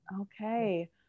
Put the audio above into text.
okay